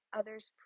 others